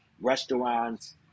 restaurants